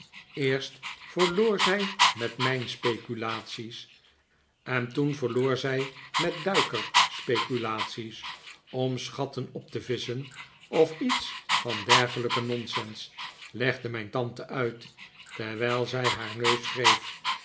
eerst verloor zij met mijnspeculaties en toen verloor zij met duikerspeculaties om schatten op te visschen of iets van dergelijke nonsens legde mijn tante uit terwijl zij haar neus wreef